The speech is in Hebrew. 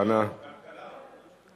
התשע"ב 2012,